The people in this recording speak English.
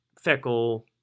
Fickle